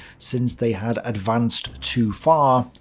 since they had advanced too far,